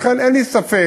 לכן אין לי ספק